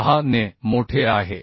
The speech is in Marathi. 6 ने मोठे आहे